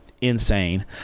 insane